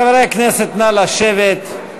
חברי הכנסת, נא לשבת.